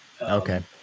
Okay